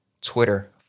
Twitter